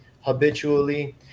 habitually